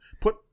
put